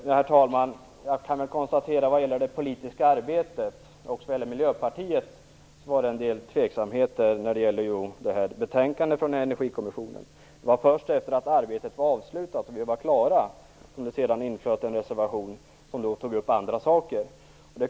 Herr talman! Jag kan väl konstatera att det i samband med betänkandet från Energikommissionen även förekom en del tveksamheter i det politiska arbetet som rörde Miljöpartiet. Det var först efter det att vi var klara och arbetet var avslutat som det inflöt en reservation, som tog upp andra saker.